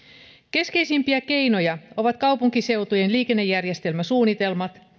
keskeisimpiä keinoja ovat kaupunkiseutujen liikennejärjestelmäsuunnitelmat